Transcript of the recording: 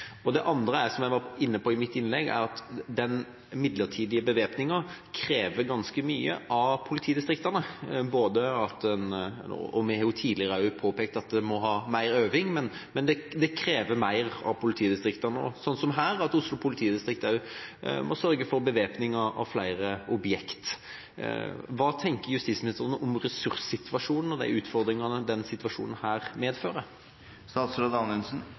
Det andre er, som jeg var inne på i mitt innlegg, at den midlertidige bevæpninga krever ganske mye av politidistriktene. Vi har jo også tidligere påpekt at en må ha mer øving, men det krever mer av politidistriktene – også som her, at Oslo politidistrikt må sørge for bevæpning av flere objekt. Hva tenker justisministeren om ressurssituasjonen og de utfordringene denne situasjonen medfører?